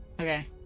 Okay